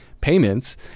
payments